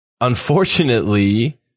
unfortunately